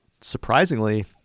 surprisingly